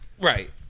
Right